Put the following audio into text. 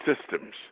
systems